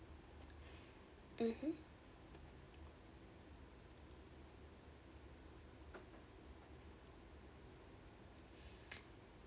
mmhmm